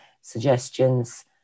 suggestions